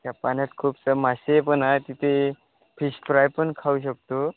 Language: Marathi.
त्या पाण्यात खूपसे मासे पण आहे तिथे फिश फ्राय पण खाऊ शकतो